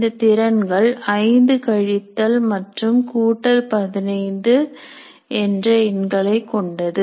இந்த திறன்கள் 5 கழித்தல் மற்றும் கூட்டல் 15 என்ற எண்களை கொண்டது